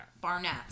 Barnett